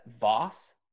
Voss